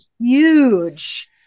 huge